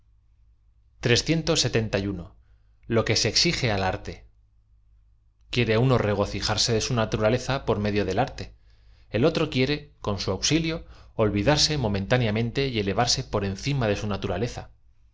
o que se exige al arte quiere uno regocijarse de su naturaleza por medio del arte el otro quiere eoo su auxilio olvidarse mo mentáneamente y elevarse por encima de su natura